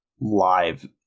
live